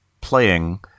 playing